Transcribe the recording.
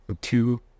two